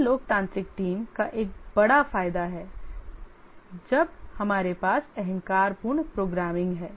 यह लोकतांत्रिक टीम का एक बड़ा फायदा है जब हमारे पास अहंकारपूर्ण प्रोग्रामिंग है